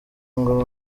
ngo